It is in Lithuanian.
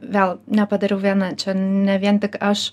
vėl nepadariau viena čia ne vien tik aš